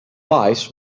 lies